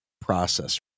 process